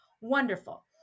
wonderful